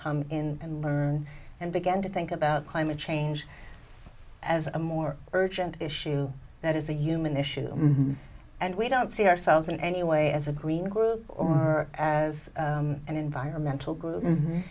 come in and learn and began to think about climate change as a more urgent issue that is a human issue and we don't see ourselves in any way as a green group or as an environmental group